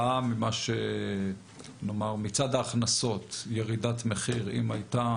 נאמר מצד ההכנסות האם הייתה